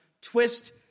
twist